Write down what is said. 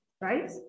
right